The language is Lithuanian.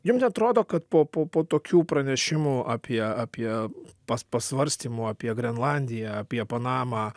jum neatrodo kad po po po tokių pranešimų apie apie pas pasvarstymų apie grenlandiją apie panamą